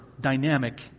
dynamic